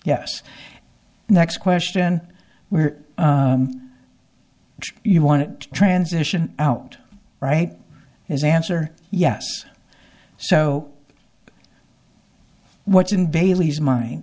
yes next question where you want to transition out right is answer yes so what's in bailey's mind